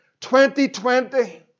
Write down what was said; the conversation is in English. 2020